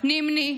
נמני,